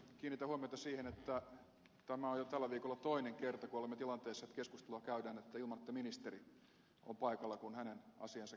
kiinnitän huomiota siihen että tämä on tällä viikolla jo toinen kerta kun olemme tilanteessa että keskustelua käydään ilman että ministeri on paikalla kun hänen asiaansa käsitellään